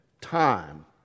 time